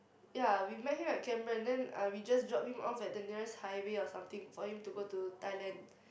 ya we met him at Cameron then uh we just dropped him off at the nearest highway or something for him to go to Thailand